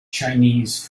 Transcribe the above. chinese